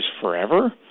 forever